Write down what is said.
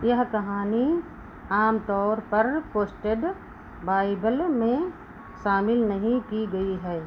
यह कहानी आमतौर पर पोस्टेड बाइबिल में शामिल नहीं की गई है